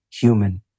human